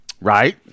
Right